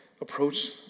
approach